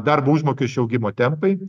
darbo užmokesčio augimo tempai